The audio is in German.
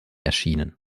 erschienen